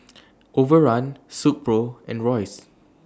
Overrun Silkpro and Royces